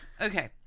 Okay